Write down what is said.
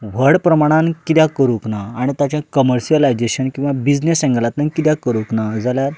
व्हड प्रमाणान कित्याक करूक ना आनी ताजें कमर्सलायजेशन किंवा बिजनस एँगलांतल्यान कित्याक करूंक ना जाल्यार